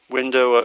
window